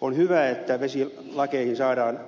on hyvä että vesilain